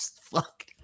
fuck